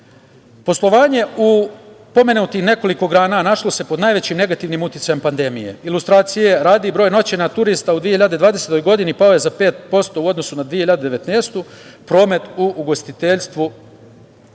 opravdane. Poslovanje u pomenutim nekoliko grana našlo se pod najvećim negativnim uticajem pandemije. Ilustracije radi, broj noćenja turista u 2020. godini pao je za 5% u odnosu na 2019. godinu, promet u ugostiteljstvu